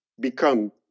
become